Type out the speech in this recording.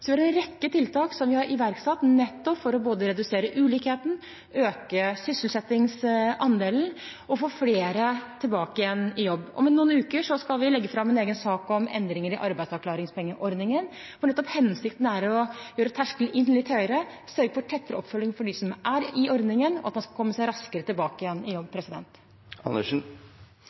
det er en rekke tiltak som vi har iverksatt, nettopp for å redusere ulikheten, for å øke sysselsettingsandelen og for å få flere tilbake i jobb. Om noen uker skal vi legge fram en egen sak om endringer i arbeidsavklaringspengeordningen, hvor hensikten er nettopp å gjøre terskelen inn litt høyere, sørge for tettere oppfølging av dem som er i ordningen, og at man skal komme seg raskere tilbake i jobb.